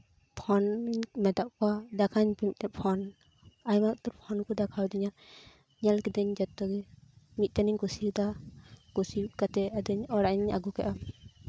phone ᱤᱧ ᱢᱮᱛᱟᱫ ᱠᱚᱣᱟ ᱫᱮᱠᱷᱟᱣ ᱤᱧ ᱯᱮ ᱢᱤᱫᱴᱮᱱ ᱯᱷᱳᱱ ᱟᱭᱢᱟ ᱩᱛᱟᱹᱨ ᱯᱷᱳᱱ ᱠᱚ ᱫᱮᱠᱷᱟᱣ ᱟᱹᱫᱤᱧᱟ ᱧᱮᱞ ᱠᱤᱫᱟᱹᱧ ᱡᱚᱛᱚᱜᱮ ᱢᱤᱫᱴᱟᱱ ᱤᱧ ᱠᱩᱥᱤᱭᱟᱫᱟ ᱠᱩᱥᱤ ᱠᱟᱛᱮᱜ ᱟᱫᱚ ᱚᱲᱟᱜ ᱤᱧ ᱟᱹᱜᱩ ᱠᱮᱫᱟ